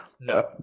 No